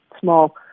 small